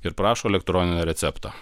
ir prašo elektroninio recepto